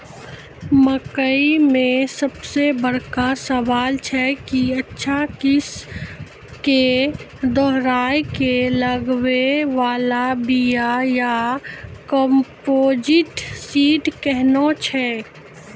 मकई मे सबसे बड़का सवाल छैय कि अच्छा किस्म के दोहराय के लागे वाला बिया या कम्पोजिट सीड कैहनो छैय?